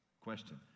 Question